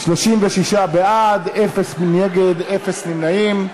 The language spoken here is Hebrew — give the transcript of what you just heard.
36 בעד, אפס נגד, אפס נמנעים.